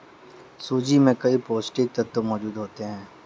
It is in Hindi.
सूजी में कई पौष्टिक तत्त्व मौजूद होते हैं